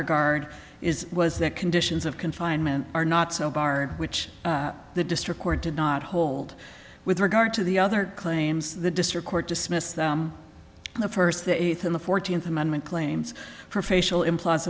regard is was that conditions of confinement are not so bar which the district court did not hold with regard to the other claims the district court dismissed in the first the eighth in the fourteenth amendment claims for facial impl